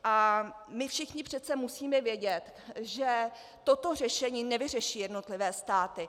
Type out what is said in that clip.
A my všichni přece musíme vědět, že toto řešení nevyřeší jednotlivé státy.